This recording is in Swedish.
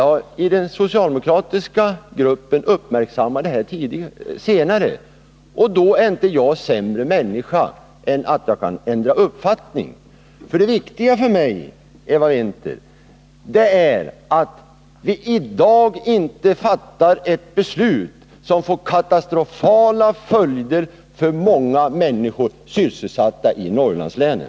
Men den socialdemokratiska gruppen uppmärksammade det senare, och jag är inte sämre människa än att jag kan ändra uppfattning. Jag vill säga till Eva Winther att det viktiga för mig är att vi i dag inte fattar ett beslut som får katastrofala följder för många människor, sysselsatta i Norrlandslänen.